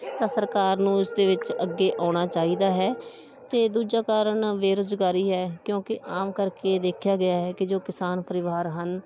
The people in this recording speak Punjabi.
ਤਾਂ ਸਰਕਾਰ ਨੂੰ ਇਸ ਦੇ ਵਿੱਚ ਅੱਗੇ ਆਉਣਾ ਚਾਹੀਦਾ ਹੈ ਅਤੇ ਦੂਜਾ ਕਾਰਣ ਬੇਰੁਜ਼ਗਾਰੀ ਹੈ ਕਿਉਂਕਿ ਆਮ ਕਰਕੇ ਦੇਖਿਆ ਗਿਆ ਹੈ ਕਿ ਜੋ ਕਿਸਾਨ ਪਰਿਵਾਰ ਹਨ